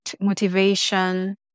motivation